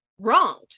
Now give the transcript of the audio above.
wronged